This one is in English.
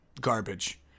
garbage